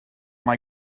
mae